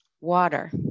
water